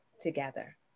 together